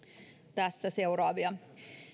tässä seuraavia